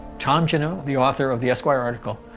tom you know the author of the esquire article.